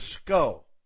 skull